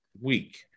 week